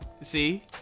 See